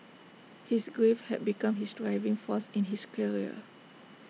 his grief had become his driving force in his career